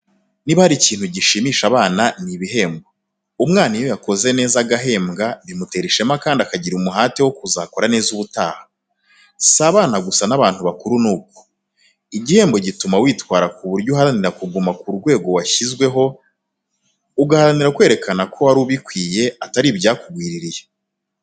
Niba hari ikintu gishimisha abana, ni ibehembo. Umwana iyo yakoze neza agahembwa bimutera ishema kandi akagira umuhate wo kuzakora neza ubutaha. Si abana gusa n'abantu bakuru ni uko, igihembo gituma witwara ku buryo uharanira kuguma ku rwego washyizweho, uguharanira kwerekanako wari ubikwiriye atari ibyakugwirirye.